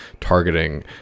targeting